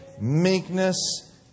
meekness